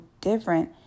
different